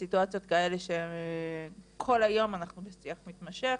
בסיטואציות כאלה כל היום אנחנו בשיח מתמשך,